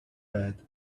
bed